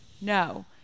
No